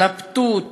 התלבטות